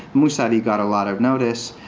mousavi got a lot of notice.